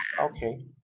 Okay